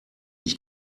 ich